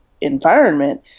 environment